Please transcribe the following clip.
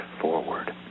forward